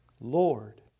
Lord